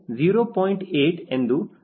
8 ಎಂದು ನನಗೆ ದೊರಕುತ್ತದೆ